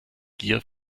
gier